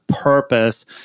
purpose